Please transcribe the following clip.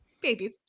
Babies